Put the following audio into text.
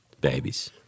babies